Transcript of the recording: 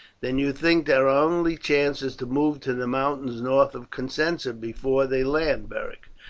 then you think that our only chance is to move to the mountains north of cosenza before they land, beric?